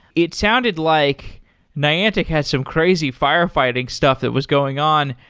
it sounded like niantic has some crazy firefighting stuff that was going on.